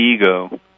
ego